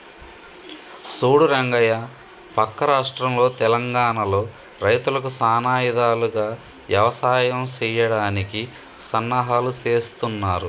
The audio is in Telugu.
సూడు రంగయ్య పక్క రాష్ట్రంలో తెలంగానలో రైతులకు సానా ఇధాలుగా యవసాయం సెయ్యడానికి సన్నాహాలు సేస్తున్నారు